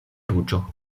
ruĝo